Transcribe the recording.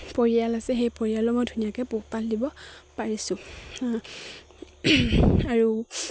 পৰিয়াল আছে সেই পৰিয়ালো মই ধুনীয়াকে পোহপাল দিব পাৰিছোঁ আৰু